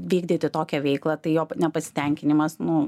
vykdyti tokią veiklą tai jo nepasitenkinimas nu